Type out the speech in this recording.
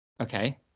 Okay